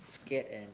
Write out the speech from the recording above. scared and